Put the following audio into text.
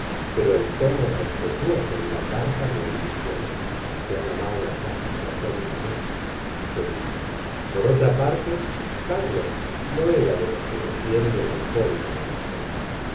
pero el tono respetuoso de la carta le ilusionó se han amado acaso platónicamente se dijo por otra parte carlos no er a de los que descienden al fondo de las cosas